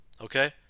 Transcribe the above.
okay